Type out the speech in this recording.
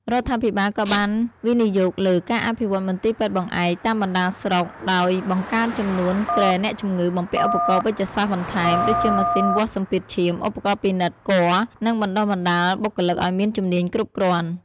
រដ្ឋាភិបាលក៏បានវិនិយោគលើ ការអភិវឌ្ឍមន្ទីរពេទ្យបង្អែក តាមបណ្តាស្រុក ដោយបង្កើនចំនួនគ្រែអ្នកជំងឺ បំពាក់ឧបករណ៍វេជ្ជសាស្ត្របន្ថែម ដូចជាម៉ាស៊ីនវាស់សម្ពាធឈាម ឧបករណ៍ពិនិត្យគភ៌ និងបណ្តុះបណ្តាលបុគ្គលិកឱ្យមានជំនាញគ្រប់គ្រាន់។